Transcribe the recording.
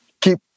keep